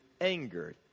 angered